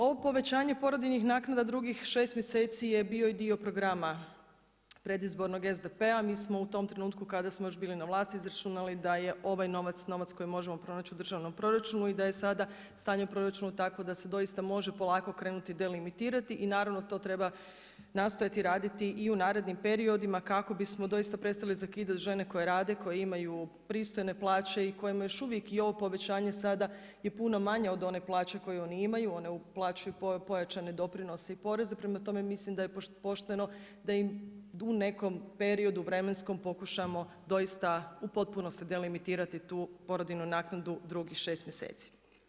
Ovo povećanje porodiljnih naknada drugih 6 mjeseci je bio i dio programa predizbornog SDP-a, mi smo u tom trenutku kada smo još bili na vlasti izračunali da je ovaj novac novac, koji možemo pronaći u državnom proračunu i da je sada stanje sada u proračunu takvo da se doista može polako krenuti delimitirati i naravno to treba nastojati raditi i u narednim periodima kako bismo doista prestali zakidati žene koje rade, koje imaju pristojne plaće i kojima je još uvijek povećanje sada je puno manje od one plaće koji oni imaju, one uplaćuju pojačane doprinose i poreze, prema tome mislim da je pošteno da im u nekom periodu vremenskom pokušamo doista u potpunosti delimitirati tu porodiljnu naknadu drugih 6 mjeseci.